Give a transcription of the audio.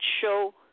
show